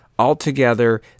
Altogether